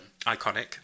Iconic